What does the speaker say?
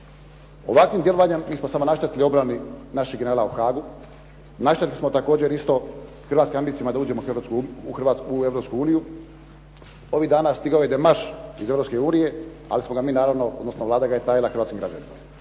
Ovakvim djelovanjem mi smo samo naštetili obrani naših generala u Haagu. Naštetili smo također isto hrvatskim ambicijama da uđemo u Europsku uniju. Ovih dana stigao je demarš iz Europske unije, ali smo ga mi naravno odnosno Vlada ga je tajila hrvatskim građanima.